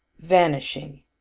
vanishing